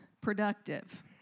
productive